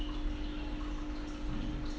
mm